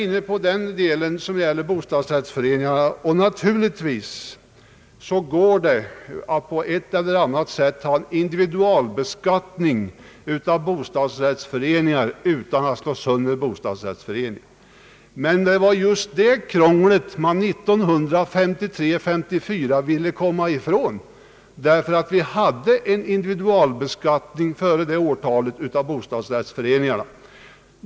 Naturligtvis skulle det gå att beträffande medlemmarna i bostadsrättsföreningar på ett eller annat sätt införa individualbeskattning utan att föreningarna fördenskull slås sönder. Men det var just detta krångel som man åren 1953—1954 ville komma ifrån, eftersom vi dessförinnan hade en individualbeskattning för =: bostadsrättsföreningarna.